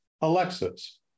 Alexis